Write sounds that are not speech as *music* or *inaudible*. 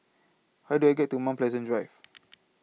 How Do I get to Mount Pleasant Drive *noise*